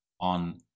on